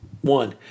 One